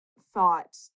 thought